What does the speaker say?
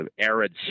arid